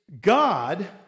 God